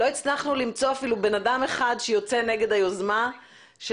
לא הצלחנו למצוא אפילו בן אדם שיוצא נגד היוזמה של